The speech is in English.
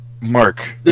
Mark